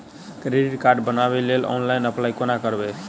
Credit card बनाबै लेल online apply कोना करबै?